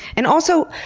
and also,